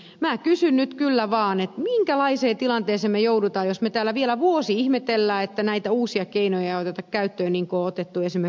minä kysyn nyt kyllä vaan minkälaiseen tilanteeseen me joudumme jos me täällä vielä vuoden ihmettelemme että näitä uusia keinoja ei oteta käyttöön niin kuin on otettu esimerkiksi ruotsissa